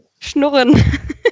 Schnurren